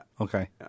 Okay